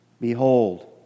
Behold